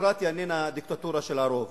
דמוקרטיה איננה דיקטטורה של הרוב.